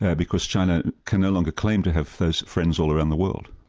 ah because china can no longer claim to have those friends all around the world.